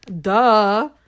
Duh